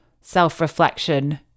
self-reflection